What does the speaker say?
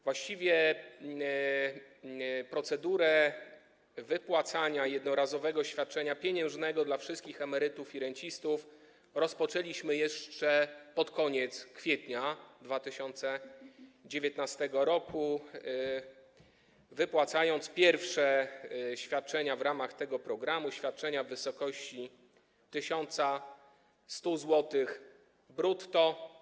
Właściwie procedurę wypłacania jednorazowego świadczenia pieniężnego dla wszystkich emerytów i rencistów rozpoczęliśmy jeszcze pod koniec kwietnia 2019 r., przekazując pierwsze świadczenia w ramach tego programu w wysokości 1100 zł brutto.